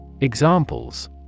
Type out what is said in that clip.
Examples